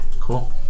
Cool